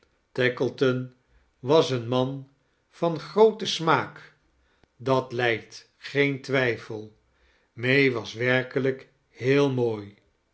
tackleton was een man van grooten smaak dat lijdt geen twijfel may was werkelijk heel mooi